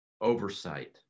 oversight